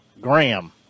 Graham